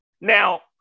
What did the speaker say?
Now